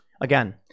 Again